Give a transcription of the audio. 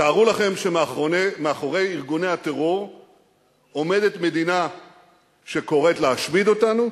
תארו לכם שמאחורי ארגוני הטרור עומדת מדינה שקוראת להשמיד אותנו